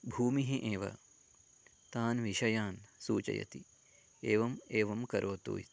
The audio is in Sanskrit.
भूमिः एव तान् विषयान् सूचयति एवम् एवं करोतु इति